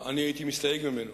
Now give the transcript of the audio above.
אני הייתי מסתייג ממנו,